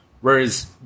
Whereas